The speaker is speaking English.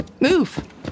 Move